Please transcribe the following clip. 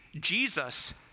Jesus